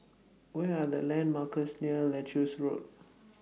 What Are The landmarks near Leuchars Road